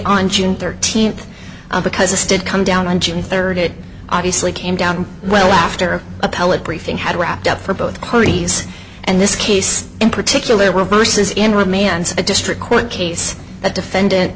on june thirteenth because this did come down on june third it obviously came down well after an appellate briefing had wrapped up for both parties and this case in particular were verses in romance a district court case that defendant